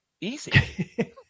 easy